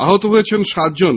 আহত হয়েছেন সাতজন